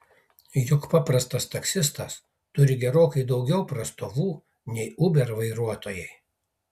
juk paprastas taksistas turi gerokai daugiau prastovų nei uber vairuotojai